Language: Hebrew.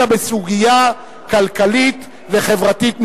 אלא בסוגיה כלכלית וחברתית מובהקת.